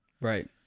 Right